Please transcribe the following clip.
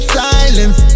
silence